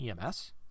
EMS